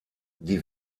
die